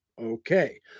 Okay